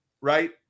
right